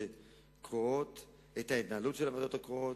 קרואות ואת ההתנהלות של הוועדות הקרואות,